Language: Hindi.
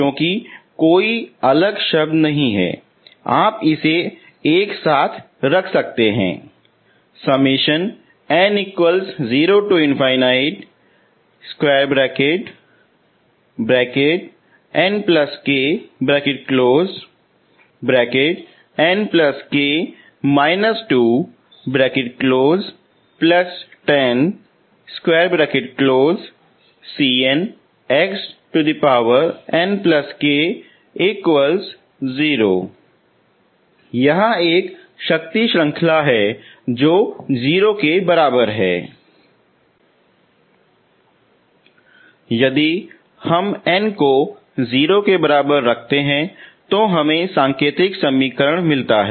क्योंकि कोई अलग शब्द नहीं हैं आप इसे एक साथ रख सकते हैं यह एक शक्ति श्रंखला है जो की 0 के बराबर है यदि हम n को 0 के बराबर रखते हैं तो हमें सांकेतिक समीकरण मिलता है